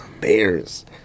Bears